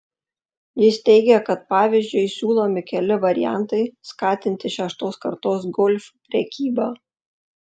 jis teigia kad pavyzdžiui siūlomi keli variantai skatinti šeštos kartos golf prekybą